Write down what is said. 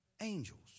angels